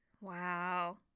wow